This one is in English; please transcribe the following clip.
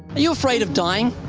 are you afraid of dying?